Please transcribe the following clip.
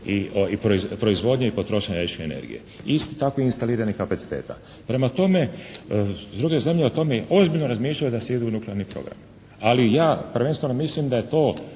proizvodnje i potrošnje električne energije i isto tako instaliranih kapaciteta. Prema tome druge zemlje o tome ozbiljno razmišljaju da se ide u nuklearni program, ali ja prvenstveno mislim da je to